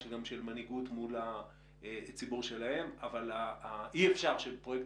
גם של מנהיגות מול הציבור שלהם אבל אי אפשר שבפרויקט